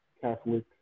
Catholic